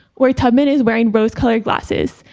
where tubman is wearing rose colored glasses,